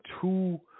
two